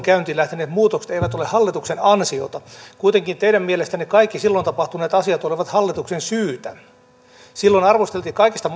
käyntiin lähteneet muutokset eivät ole hallituksen ansiota kuitenkin teidän mielestänne kaikki silloin tapahtuneet asiat ovat hallituksen syytä on arvosteltu hallitusta kaikesta